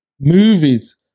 movies